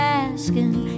asking